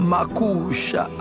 Makusha